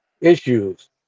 issues